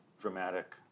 dramatic